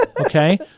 Okay